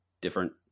different